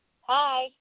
Hi